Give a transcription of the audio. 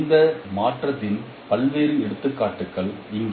இந்த மாற்றத்தின் பல்வேறு எடுத்துக்காட்டுகள் இங்கே